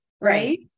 Right